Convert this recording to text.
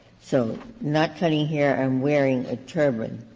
so not cutting hair and wearing a turban,